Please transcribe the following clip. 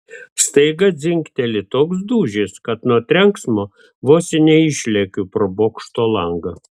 staiga dzingteli toks dūžis kad nuo trenksmo vos neišlekiu pro bokšto langą